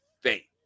faith